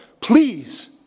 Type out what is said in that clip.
Please